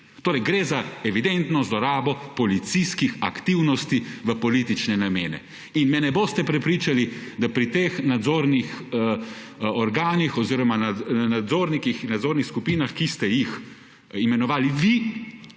Torej, gre za evidentno zlorabo policijskih aktivnosti v politične namene in me ne boste prepričali, da pri teh nadzornih organih oziroma nadzornikih in nadzornih skupinah, ki ste jih imenovali vi,